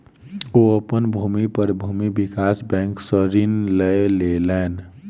ओ अपन भूमि पर भूमि विकास बैंक सॅ ऋण लय लेलैन